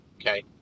okay